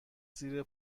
زیر